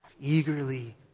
eagerly